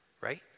right